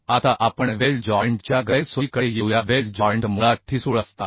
आता आपण weld joint च्या गैरसोयीकडे येऊया वेल्ड जॉइंट मुळात ठिसूळ असतात